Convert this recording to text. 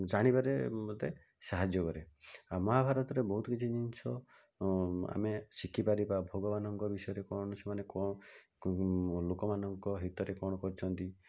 ଜାଣିବାରେ ମୋତେ ସାହାଯ୍ୟ କରେ ଆଉ ମହାଭାରତରେ ବହୁତ କିଛି ଜିନିଷ ଆମେ ଶିଖିପାରିବା ଭଗବାନଙ୍କ ବିଷୟରେ କ'ଣ ସେମାନେ କ'ଣ ଲୋକମାନଙ୍କ ହିତରେ କ'ଣ କରିଛନ୍ତିି